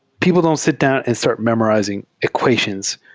people don't sit down and start memorizing equations.